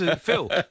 Phil